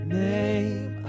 name